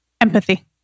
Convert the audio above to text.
empathy